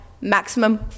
maximum